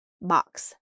box